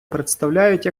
представляють